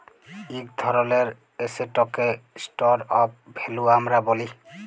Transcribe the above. ইক ধরলের এসেটকে স্টর অফ ভ্যালু আমরা ব্যলি